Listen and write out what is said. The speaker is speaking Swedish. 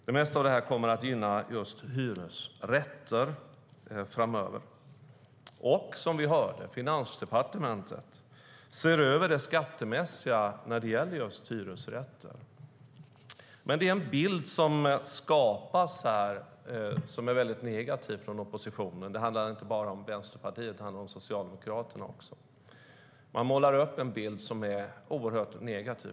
Det mesta av detta kommer att gynna just hyresrätten framöver. Finansdepartementet ser nu över det skattemässiga när det gäller hyresrätter. Den bild som oppositionen målar upp är väldigt negativ. Det är inte bara Vänsterpartiet som gör det, utan det gäller också Socialdemokraterna.